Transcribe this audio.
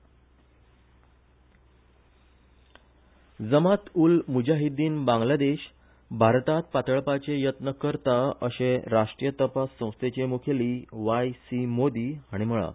एनआयए जमात उल मुजाहिदीन बांगलादेश भारतात पातळपाचे यत्न करता अशे राष्ट्रीय तपास संस्थेचे मुखेली व्हाय सी मोदी हाणी म्हळा